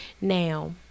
Now